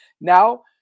Now